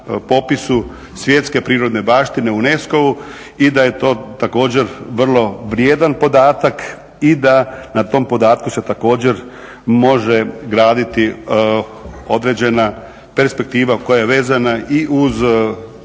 popisu Svjetske prirodne baštine UNESCO-u i da je to također jedan vrlo vrijedan podataka i da na tom podatku se također može graditi određena perspektiva koja je vezana i uz